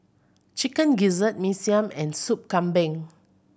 Chicken Gizzard Mee Siam and Sop Kambing